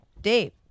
Dave